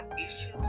issues